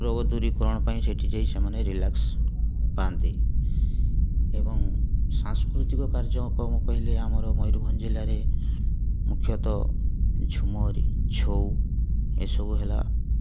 ରୋଗ ଦୂରୀକରଣ ପାଇଁ ସେଇଠି ଯାଇ ସେମାନେ ରିଲାକ୍ସ ପାଆନ୍ତି ଏବଂ ସାଂସ୍କୃତିକ କାର୍ଯ୍ୟକ୍ରମ କହିଲେ ଆମର ମୟୂରଭଞ୍ଜ ଜିଲ୍ଲାରେ ମୁଖ୍ୟତଃ ଝୁମରି ଛଉ ଏସବୁ ହେଲା